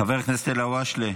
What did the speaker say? חבר הכנסת אלהואשלה,